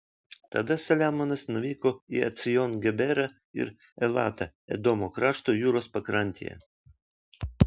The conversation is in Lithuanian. tada saliamonas nuvyko į ecjon geberą ir elatą edomo krašto jūros pakrantėje